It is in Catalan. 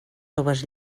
joves